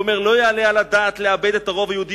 והוא אומר: לא יעלה על הדעת לאבד את הרוב היהודי